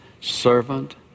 Servant